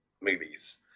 movies